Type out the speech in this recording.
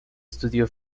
estudió